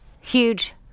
huge